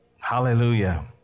Hallelujah